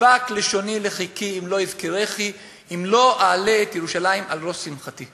תדבק לשוני לחכי אם לא אזכרכי אם לא אעלה את ירושלים על ראש שמחתי".